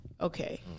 okay